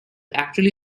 actually